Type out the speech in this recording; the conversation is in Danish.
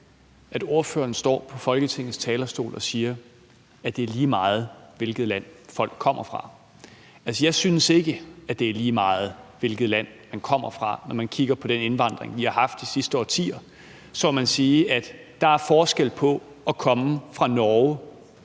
ordføreren stå på Folketingets talerstol og sige, at det er lige meget, hvilket land folk kommer fra. Jeg synes ikke, det er lige meget, hvilket land man kommer fra. Når man kigger på den indvandring, vi har haft de seneste årtier, så må man sige, at der er forskel på at komme fra Norge